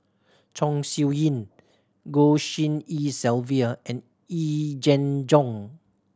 Chong Siew Ying Goh Tshin En Sylvia and Yee Jenn Jong